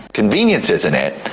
convenience isn't it.